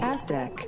Aztec